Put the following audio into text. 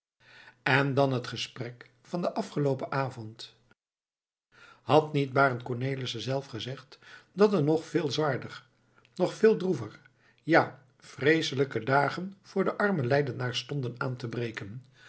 en dan het gesprek van den afgeloopen avond had niet barend cornelissen zelf gezegd dat er nog veel zwaarder nog veel droever ja vreeselijke dagen voor de arme leidenaars stonden aan te breken